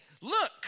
look